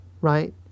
right